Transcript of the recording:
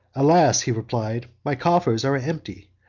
alas! he replied, my coffers are empty!